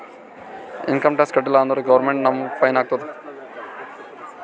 income tax ಕಟ್ಟೀಲ ಅಂದುರ್ government ನಮುಗ್ ಫೈನ್ ಹಾಕ್ತುದ್